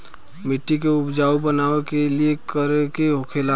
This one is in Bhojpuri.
मिट्टी के उपजाऊ बनाने के लिए का करके होखेला?